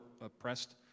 oppressed